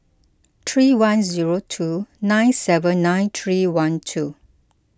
three one zero two nine seven nine three one two